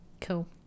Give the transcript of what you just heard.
Cool